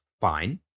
fine